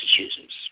Massachusetts